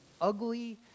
ugly